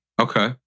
Okay